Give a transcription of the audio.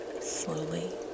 slowly